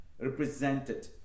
represented